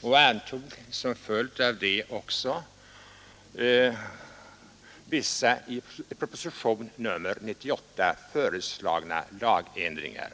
och antog som följd av detta vissa i propositionen 98 föreslagna lagändringar.